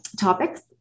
topics